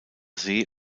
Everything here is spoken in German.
see